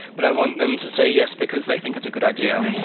but i want them to say yes because they think it's a good idea.